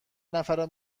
نفری